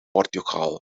portugal